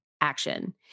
action